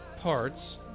parts